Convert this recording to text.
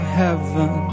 heaven